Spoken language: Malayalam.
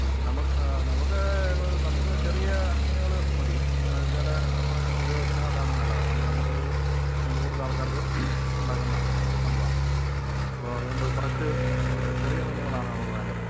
നമുക്ക് നമുക്ക് നമുക്ക് ചെറിയ മീനുകള് മതി എന്നുവച്ചാല് നമ്മള് ഉപയോഗത്തിന് അതാണ് നല്ലത് കാരണം നമ്മളൊരു നമുക്ക് കൂടുതൽ ആൾക്കാർക്ക് ഉണ്ടാക്കുന്ന സംഭവമാണേ അപ്പോള് അതുകൊണ്ട് കുറച്ചു ചെറിയ മീനുകളാണ് നമുക്കു വേണ്ടത്